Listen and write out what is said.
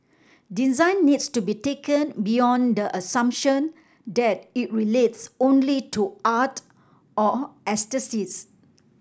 design needs to be taken beyond the assumption that it relates only to art or aesthetics